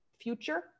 future